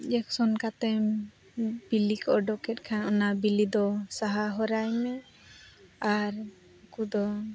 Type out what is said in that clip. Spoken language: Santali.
ᱠᱟᱛᱮᱢ ᱵᱤᱞᱤ ᱠᱚ ᱩᱰᱩᱠᱮᱫ ᱠᱷᱟᱱ ᱚᱱᱟ ᱵᱤᱞᱤ ᱫᱚ ᱥᱟᱦᱟ ᱦᱚᱨᱟᱭ ᱢᱮ ᱟᱨ ᱠᱚᱫᱚ